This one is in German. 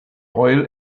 royal